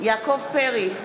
יעקב פרי,